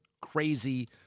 crazy